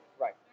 Right